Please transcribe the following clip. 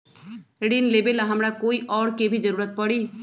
ऋन लेबेला हमरा कोई और के भी जरूरत परी?